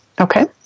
Okay